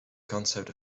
concept